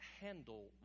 handle